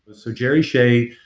so jerry shea